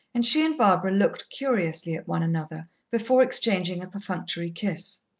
and she and barbara looked curiously at one another, before exchanging a perfunctory kiss.